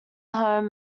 home